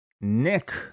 Nick